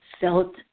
felt